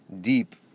deep